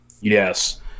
Yes